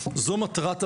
זו מטרת הוועדה.